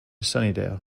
sunnydale